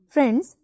Friends